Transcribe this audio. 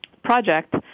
Project